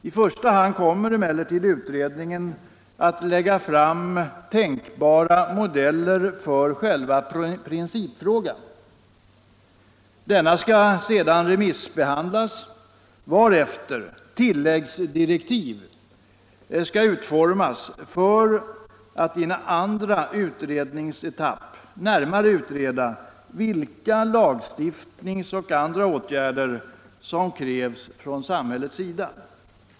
I första hand kommer emellertid utredningen att lägga fram tänkbara modeller för själva principfrågan. Dess förslag skall sedan remissbehandlas, varefter tilläggsdirektiv skall utformas för att utredningen i en andra etapp skall kunna närmare utreda vilka lagstiftningsoch andra åtgärder som krävs från samhällets sida.